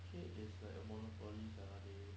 actually it's like a monopolies sia they